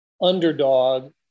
underdog